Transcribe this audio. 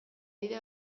bide